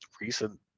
recent